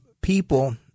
people